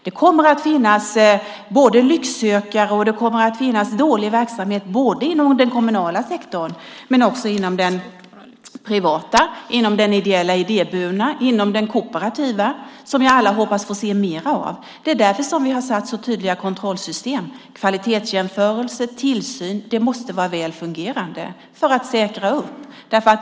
Det kommer att finnas såväl lycksökare som dålig verksamhet både inom den kommunala sektorn och inom den privata. De kommer att finnas inom den ideella idéburna och den kooperativa, vilka vi alla hoppas få se mer av. Det är därför vi har satt upp så tydliga kontrollsystem med kvalitetsjämförelse och tillsyn. De måste vara väl fungerande för att säkra det hela.